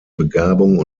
begabung